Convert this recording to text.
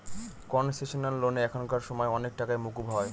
concessional লোনে এখানকার সময় অনেক টাকাই মকুব হয়